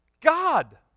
God